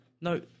No